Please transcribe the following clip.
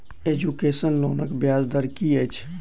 Education लोनक ब्याज दर की अछि?